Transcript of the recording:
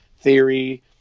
Theory